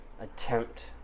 Attempt